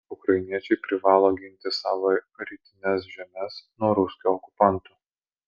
ukrainiečiai privalo ginti savo rytines žemes nuo ruskių okupantų